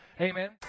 Amen